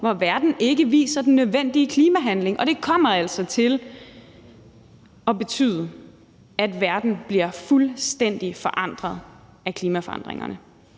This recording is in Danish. hvor verden ikke viser den nødvendige klimahandling. Og det kommer altså til at betyde, at verden bliver fuldstændig forandret af klimaforandringerne.